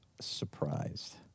surprised